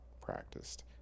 practiced